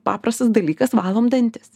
paprastas dalykas valom dantis